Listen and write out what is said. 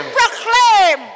proclaim